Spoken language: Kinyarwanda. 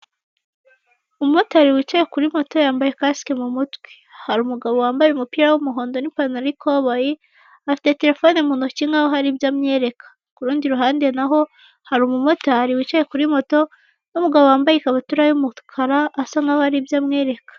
Umumotari wicaye kuri moto yambaye kasike mu mutwe. Hari umugabo wambaye umupira w'umuhondo n'ipantaro y'ikoboyi, afite terefone mu ntoki nk'aho hari ibyo amwereka. Ku rundi ruhande na ho, hari umumotari wicaye kuri moto n'umugabo wambeye ikabutura y'umukara asa nk'aho hari ibyo amwereka.